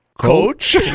coach